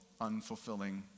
unfulfilling